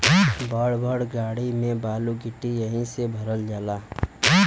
बड़ बड़ गाड़ी में बालू गिट्टी एहि से भरल जाला